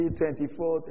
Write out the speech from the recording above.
24